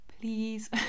Please